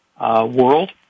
world